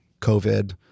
COVID